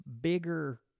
bigger